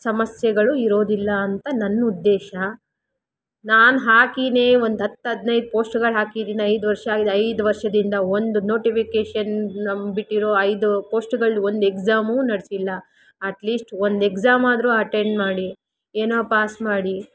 ಸಮಸ್ಯೆಗಳು ಇರೋದಿಲ್ಲ ಅಂತ ನನ್ನ ಉದ್ದೇಶ ನಾನು ಹಾಕಿನೆ ಒಂದು ಹತ್ತು ಹದ್ನೈದು ಪೋಸ್ಟ್ಗಳು ಹಾಕಿದ್ದೀನಿ ಐದು ವರ್ಷ ಆಗಿದೆ ಐದು ವರ್ಷದಿಂದ ಒಂದು ನೋಟಿಫಿಕೇಶನ್ ನಮ್ಮ ಬಿಟ್ಟಿರೋ ಐದು ಪೋಸ್ಟ್ಗಳು ಒಂದು ಎಕ್ಸಾಮು ನಡೆಸಿಲ್ಲ ಅಟ್ ಲೀಶ್ಟ್ ಒಂದು ಎಕ್ಸಾಮಾದರೂ ಅಟೆಂಡ್ ಮಾಡಿ ಏನೋ ಪಾಸ್ ಮಾಡಿ